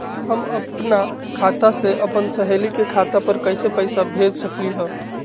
हम अपना खाता से अपन सहेली के खाता पर कइसे पैसा भेज सकली ह?